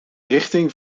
richting